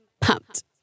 pumped